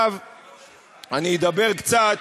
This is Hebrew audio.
ואתה גם, עכשיו אני אדבר קצת